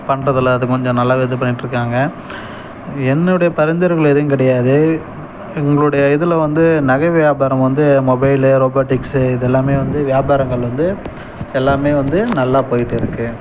பண்ணுறதுல அது கொஞ்சம் நல்லா இது பண்ணிகிட்ருக்காங்க என்னுடைய பரிந்துரைகள் எதுவும் கிடையாது இவுங்களுடைய இதில் வந்து நகை வியாபாரம் வந்து மொபைலு ரோபோட்டிக்ஸு இது எல்லாம் வந்து வியாபாரங்கள் வந்து எல்லாம் வந்து நல்லா போய்ட்டு இருக்கு